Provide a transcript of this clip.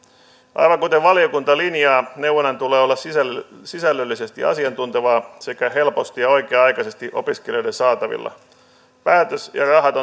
aivan kuten valiokunta linjaa neuvonnan tulee olla sisällöllisesti asiantuntevaa sekä helposti ja oikea aikaisesti opiskelijoiden saatavilla päätöksen on tultava ja rahat